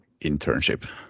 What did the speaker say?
internship